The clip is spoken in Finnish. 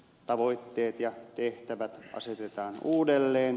tavoitteet ja tehtävät asetetaan uudelleen